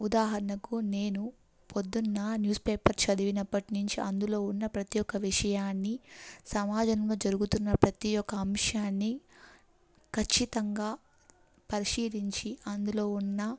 ఉదాహరణకు నేను పొద్దున్న న్యూస్ పేపర్ చదివినప్పటినుంచి అందులో ఉన్న ప్రతి ఒక్క విషయాన్ని సమాజంలో జరుగుతున్న ప్రతి ఒక్క అంశాన్ని ఖచ్చితంగా పరిశీలించి అందులో ఉన్న